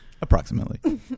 Approximately